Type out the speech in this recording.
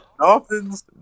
Dolphins